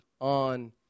on